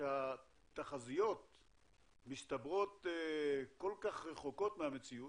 כשהתחזיות מסתברות ככל כך רחוקות מהמציאות,